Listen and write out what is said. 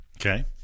Okay